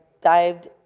dived